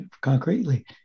concretely